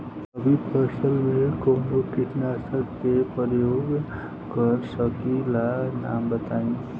रबी फसल में कवनो कीटनाशक के परयोग कर सकी ला नाम बताईं?